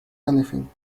anything